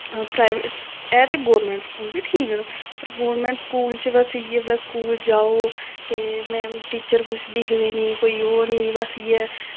private है ते government school बी ठीक न पर गौरमैंट स्कूल च बस इ'यै बस स्कूल जाओ ते मैम टीचर कुछ दिखदे नी कोई ओह् नी बस इ'यै